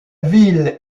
ville